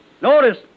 notice